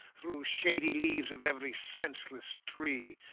through shady leaves of every senseless tree,